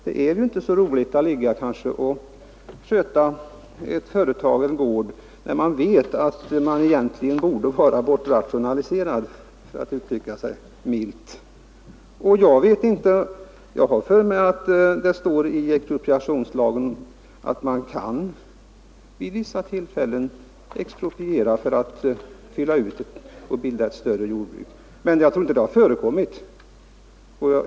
Det är ju inte så roligt att sköta ett företag, en gård, när man vet att man egentligen borde vara bortrationaliserad, för att uttrycka det milt. Jag har för mig att det sägs i expropriationslagen att man vid vissa tillfällen kan expropriera för att bilda större jordbruk, men jag tror inte det har förekommit.